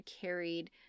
carried